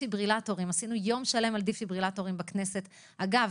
דפיברילטורים עשינו יום שלם בכנסת של דיונים